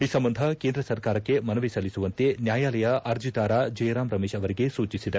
ಈ ಸಂಬಂಧ ಕೇಂದ್ರ ಸರ್ಕಾರಕ್ಷೆ ಮನವಿ ಸಲ್ಲಿಸುವಂತೆ ನ್ಯಾಯಾಲಯ ಅರ್ಜಿದಾರ ಜಯರಾಮ್ ರಮೇಶ್ ಅವರಿಗೆ ಸೂಚಿಸಿದೆ